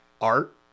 art